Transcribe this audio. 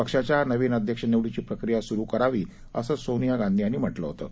पक्षाच्या नवीन अध्यक्ष निवडीची प्रक्रिया सुरू करावी असंही सोनिया गांधी यांनी म्हटलं होतं